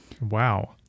Wow